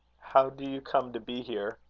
how do you come to be here?